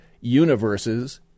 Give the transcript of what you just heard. universes